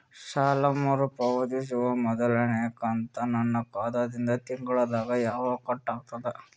ಸಾಲಾ ಮರು ಪಾವತಿಸುವ ಮೊದಲನೇ ಕಂತ ನನ್ನ ಖಾತಾ ದಿಂದ ತಿಂಗಳದಾಗ ಯವಾಗ ಕಟ್ ಆಗತದ?